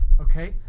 okay